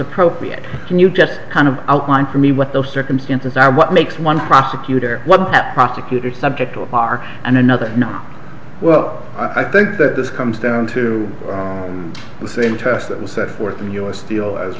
appropriate can you just kind of outline for me what those circumstances are what makes one prosecutor what that prosecutor subject to a bar and another well i think that this comes down to the same test that was set forth in the u s steel as